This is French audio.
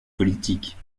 politiques